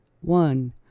One